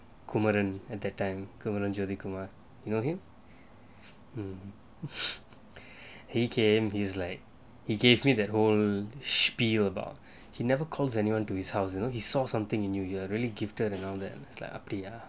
coumarin at that time coumarin judy kumar you know him um he came he is like he gave me that whole spiel about he never call anyone to his house you know he saw something in you are really gifted and all that is like ya